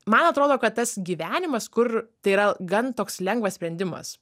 man atrodo kad tas gyvenimas kur tai yra gan toks lengvas sprendimas